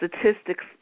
statistics